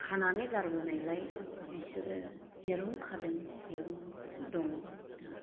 खानानै गारबोनायलाय बिसोरो जेरावनो खादों बेवनो दङ दा